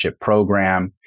program